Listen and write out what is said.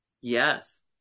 Yes